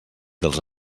dels